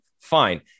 fine